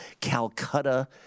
Calcutta